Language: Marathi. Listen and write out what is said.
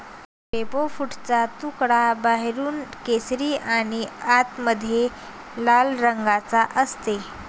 ग्रेपफ्रूटचा तुकडा बाहेरून केशरी आणि आतमध्ये लाल रंगाचा असते